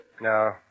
No